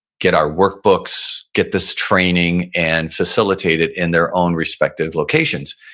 get our workbooks, get this training and facilitate it in their own respective locations.